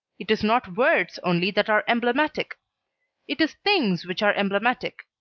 it is not words only that are emblematic it is things which are emblematic.